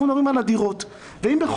אנחנו מדברים על הדירות.